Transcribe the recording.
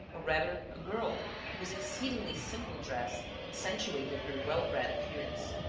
or rather a girl whose exceedingly simple dress accentuated her well-bred appearance.